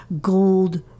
gold